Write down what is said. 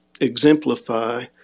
exemplify